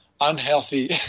unhealthy